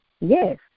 Yes